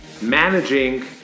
Managing